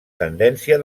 tendència